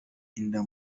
inda